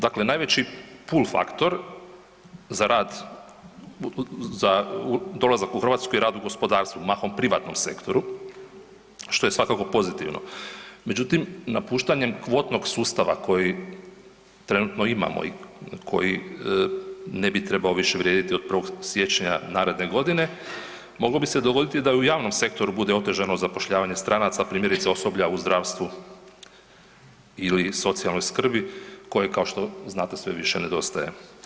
Dakle, najveći pul faktor za rad, za dolazak u Hrvatsku i rad u gospodarstvu, mahom privatnom sektoru, što je svakako pozitivno, međutim, napuštanjem kvotnog sustava koji trenutno i koji ne bi trebao više vrijediti od 1. siječnja naredne godine, moglo bi se dogoditi i u javnom sektoru bude otežano zapošljavanje stranaca, primjerice, osoblja u zdravstvu ili socijalnoj skrbi, koje, kao što znate, sve više nedostaje.